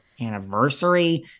anniversary